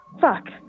fuck